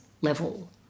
level